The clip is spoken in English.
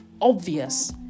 obvious